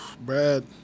Brad